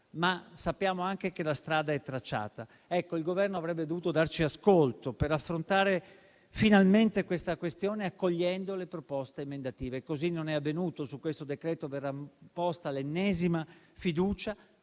Ma sappiamo anche che la strada è tracciata. Il Governo avrebbe dovuto darci ascolto per affrontare finalmente questa questione, accogliendo le proposte emendative. Così non è avvenuto e su questo decreto-legge verrà posta l'ennesima questione